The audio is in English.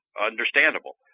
Understandable